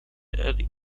and